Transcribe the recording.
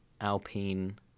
Alpine